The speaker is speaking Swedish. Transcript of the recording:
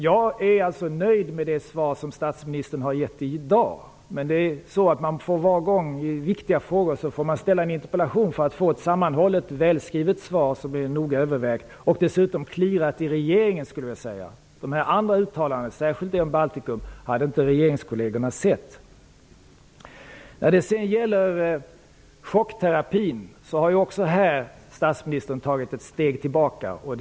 Jag är nöjd med det svar som statsministern har gett i dag. För att få ett sammanhållet, välskrivet svar som är noga övervägt och dessutom förankrat i regeringen måste man alltid ställa en interpellation när det gäller viktiga frågor. De andra uttalandena, särskilt de om Baltikum, hade regeringskollegerna inte sett. Statsministern har också tagit ett steg tillbaka när det gäller chockterapin.